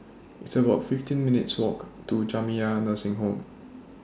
It's about fifteen minutes' Walk to Jamiyah Nursing Home